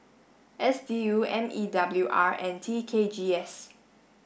S D U M E W R and T K G S